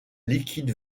liquide